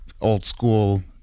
old-school